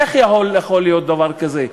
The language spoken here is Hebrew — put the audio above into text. איך יכול להיות דבר כזה,